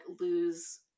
lose